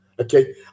okay